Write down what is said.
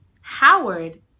Howard